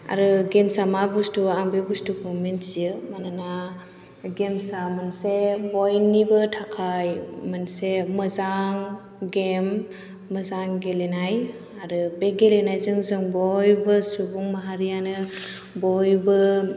आरो गेम्स आ मा बुस्थु आं बे बुस्थुखौ मिथियो मानोना गेम्स आ मोनसे बयनिबो थाखाय मोनसे मोजां गेम मोजां गेलेनाय आरो बे गेलेनायजों जों बयबो सुबुं माहारियानो बयबो